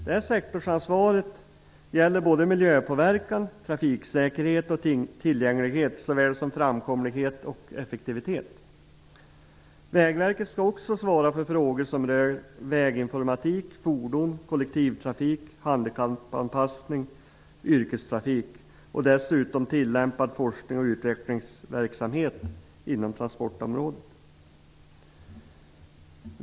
Detta sektorsansvar gäller såväl miljöpåverkan, trafiksäkerheten och tillgängligheten som framkomligheten och effektiviteten. Vägverket skall också svara för frågor som rör väginformatik, fordon, kollektivtrafik, handikappanpassning, yrkestrafik samt tillämpad forskning och utvecklingsverksamhet inom transportområdet.